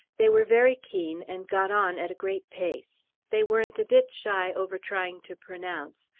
they were very keen, and got on at a great pace. they weren't a bit shy over trying to pronounce,